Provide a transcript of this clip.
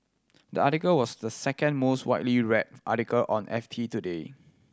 the article was the second most widely read article on FT today